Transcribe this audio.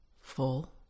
Full